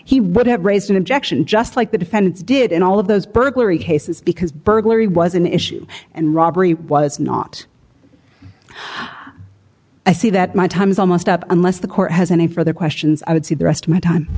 he would have raised an objection just like the defendants did in all of those burglary cases because burglary was an issue and robbery was not i see that my time is almost up unless the court has any further questions i would see the rest of my time